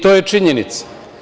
To je činjenica.